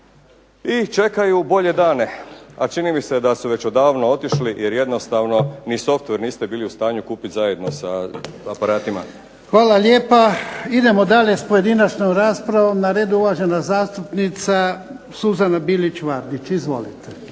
i čekaju bolje dane, a čini mi se da su već odavno otišli jer jednostavno ni software niste bili u stanju kupiti zajedno sa aparatima. **Jarnjak, Ivan (HDZ)** Hvala lijepa. Idemo dalje sa pojedinačnom raspravom. Na redu je uvažena zastupnica Suzana Bilić Vardić. Izvolite.